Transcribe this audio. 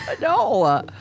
no